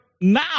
Now